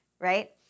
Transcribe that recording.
right